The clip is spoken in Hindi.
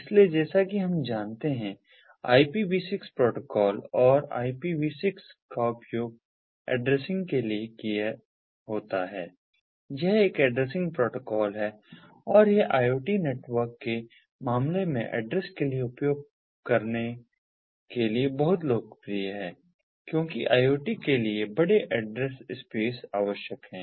इसलिए जैसा कि हम जानते हैं कि IPV6 प्रोटोकॉल और IPV6 का उपयोग एड्रेसिंग के लिए होता है यह एक एड्रेसिंग प्रोटोकॉल है और यह IoT नेटवर्क के मामले में ऐड्रेस के लिए उपयोग करने के लिए बहुत लोकप्रिय है क्योंकि IoT के लिए बड़े ऐड्रेस स्पेस आवश्यक है